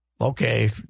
okay